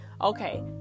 okay